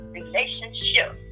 relationship